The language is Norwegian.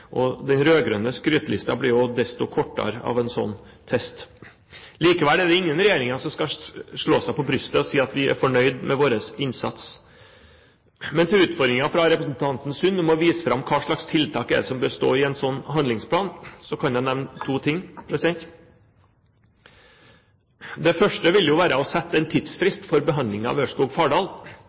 og den rød-grønne skrytelista blir jo desto kortere av en slik test. Likevel er det ingen regjering som kan slå seg på brystet og si at den er fornøyd med sin innsats. Men når det gjelder utfordringen fra representanten Sund om å vise til hvilke tiltak som bør stå i en slik handlingsplan, kan jeg nevne to ting. Det første vil jo være å sette en tidsfrist for behandlingen av